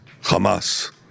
Hamas